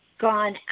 gone